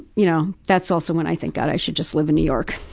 you know, that's also when i think, god i should just live in new york.